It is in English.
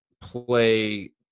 play